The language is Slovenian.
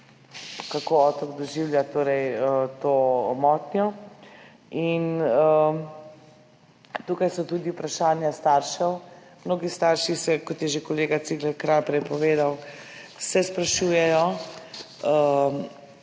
kako otrok doživlja to motnjo. Tukaj so tudi vprašanja staršev. Mnogi starši, kot je že kolega Cigler Kralj prej povedal, se sprašujejo,